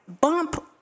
bump